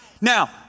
Now